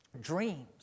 dreams